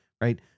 right